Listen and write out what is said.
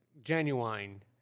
genuine